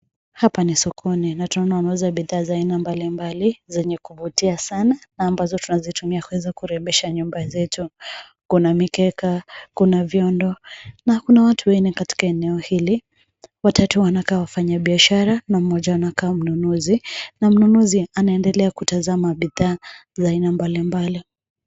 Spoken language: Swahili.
Hapa ni sokoni na tunauza bidhaa za aina mbalimbali zenye kuvutia sana na mabazo tunazitumia kurembesha nyumba zetu. Kuna mikeka, viondo na kuna watu wanne katika eneo hili. Watatu wanakaa wafanya biashara na mmoja anakaa mnunuz ina mnunuzi anaendelea kutazama bidhaa za aina mbalimbali.